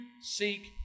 seek